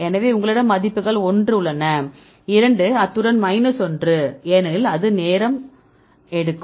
எனவே உங்களிடம் மதிப்புகள் 1 உள்ளன 2 அத்துடன் 1 ஏனெனில் அது நேரம் எடுக்கும்